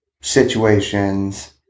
situations